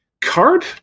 card